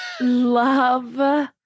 love